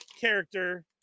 character